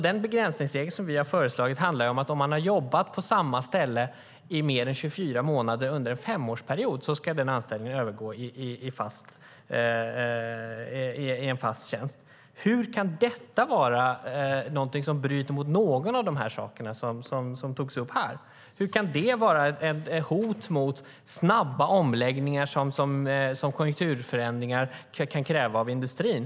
Den begränsningsregel som vi föreslagit handlar om att ifall man under en femårsperiod har jobbat på samma ställe i mer en 24 månader ska anställningen övergå i en fast tjänst. Hur kan detta bryta mot någon av de saker som togs upp här? Hur kan det vara ett hot mot sådana snabba omläggningar som konjunkturförändringarna kan kräva av industrin?